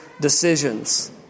decisions